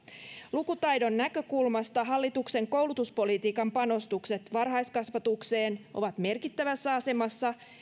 lukutaidon näkökulmasta hallituksen koulutuspolitiikan panostukset varhaiskasvatukseen ovat merkittävässä asemassa